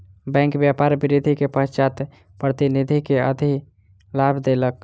bank व्यापार वृद्धि के पश्चात प्रतिनिधि के अधिलाभ देलक